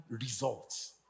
results